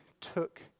took